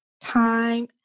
time